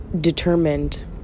Determined